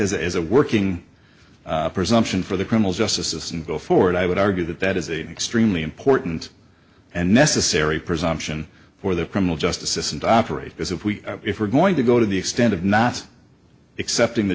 fact as as a working presumption for the criminal justice system go forward i would argue that that is a to extremely important and necessary presumption for the criminal justice system to operate because if we if we're going to go to the extent of not accepting the